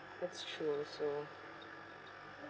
that's true also